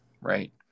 Right